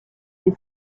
des